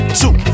two